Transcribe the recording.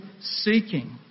seeking